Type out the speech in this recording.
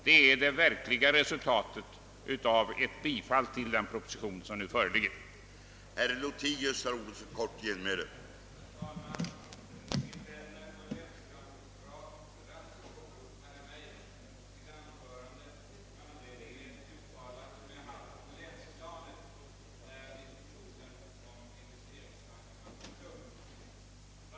Det är det verkliga resultatet av ett bifall till den proposition som nu föreligger till behandling.